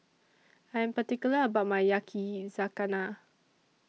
I'm particular about My Yakizakana